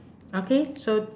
okay so